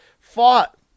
fought